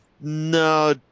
no